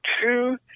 two